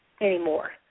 anymore